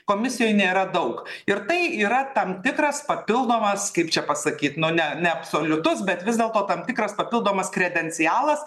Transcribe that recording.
komisijoje nėra daug ir tai yra tam tikras papildomas kaip čia pasakyt nu ne ne neabsoliutus bet vis dėlto tam tikras papildomas kredencialas